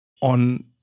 on